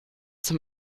zum